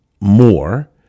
more